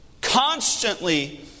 constantly